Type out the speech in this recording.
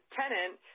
tenant